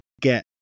get